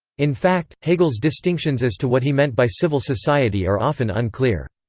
in fact, hegel's distinctions as to what he meant by civil society are often unclear.